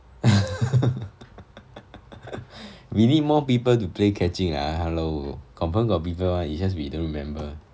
we need more people to play catching ah hello confirm got people one it's just we don't remember